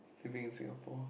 living in Singapore